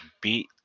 beat